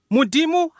Mudimu